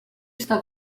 està